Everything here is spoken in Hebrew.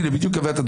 בדיוק הבאת דוגמה.